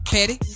Petty